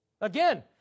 Again